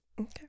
okay